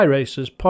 Racers